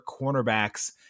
cornerbacks